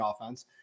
offense